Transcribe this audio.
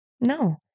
No